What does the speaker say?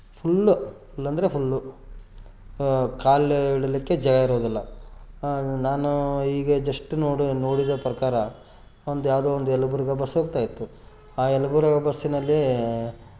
full ಫುಲ್ಲಂದರೆ full ಕಾಲು ಇಡಲಿಕ್ಕೆ ಜಾಗ ಇರುವುದಿಲ್ಲ ನಾನು ಈಗ ಜಸ್ಟ್ ನೋಡಿ ನೋಡಿದ ಪ್ರಕಾರ ಒಂದು ಯಾವುದೋ ಒಂದು ಯಲಬುರ್ಗ ಬಸ್ ಹೋಗ್ತಾಯಿತ್ತು ಆ ಯಲಬುರ್ಗ ಬಸ್ಸಿನಲ್ಲಿ